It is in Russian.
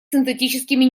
синтетическими